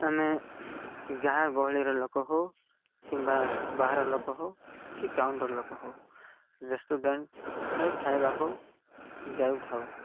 ଆମେ ଗାଁ ଗହଳିର ଲୋକ ହଉ କିମ୍ବା ବାହାର ଲୋକ ହଉ କି ଟାଉନ୍ର ଲୋକ ହଉ ରେଷ୍ଟୁରାଣ୍ଟରେ ଖାଇବାକୁ ଯାଉଥାଉ